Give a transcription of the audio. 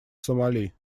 сомали